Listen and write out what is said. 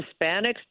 Hispanics